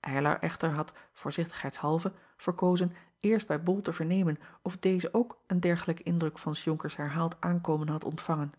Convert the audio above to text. ylar echter had voorzichtigheidshalve verkozen eerst bij ol te vernemen of deze ook een dergelijken indruk van s onkers herhaald aankomen had ontvangen